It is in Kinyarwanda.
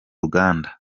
ruganda